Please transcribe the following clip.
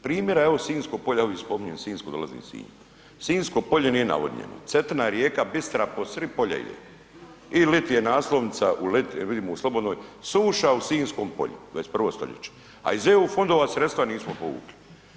Primjera evo Sinjsko polje, ja uvijek spominjem sinjsko, dolazim iz Sinja, Sinjsko polje nije navodnjeno, Cetina rijeka bistra, po srid polja ide i liti je naslovnica vidim u Slobodnoj, suša u Sinjskom polju, 21. stoljeće, a iz EU fondova sredstva nismo povukli.